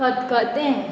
खतखतें